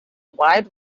wide